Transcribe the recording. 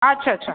अच्छा अच्छा